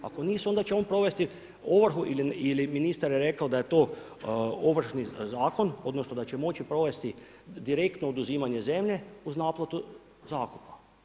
Ako nisu, onda će on provesti ovrhu ili ministar je rekao, da je to ovršni zakon, odnosno da će moći provesti direktno oduzimanje zemlje uz naplatu zakupa.